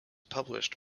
published